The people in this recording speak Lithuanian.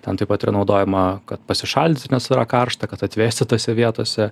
ten taip pat yra naudojama kad pasišaldyt nes yra karšta kad atvėsti tose vietose